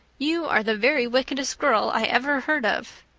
you are the very wickedest girl i ever heard of.